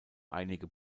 einige